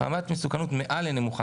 רמת מסוכנות מעל נמוכה